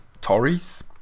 Tories